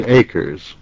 acres